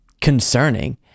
concerning